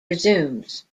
resumes